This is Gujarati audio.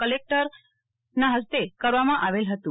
કલેકટર મેડમના હસ્તે કરવામાં આવેલ હતું